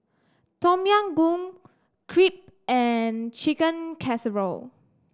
Tom Yam Goong Crepe and Chicken Casserole